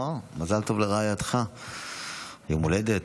מזל טוב לרעייתך, יום הולדת.